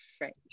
right